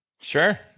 Sure